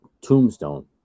Tombstone